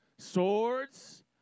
Swords